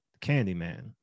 Candyman